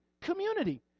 community